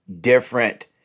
different